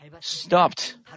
stopped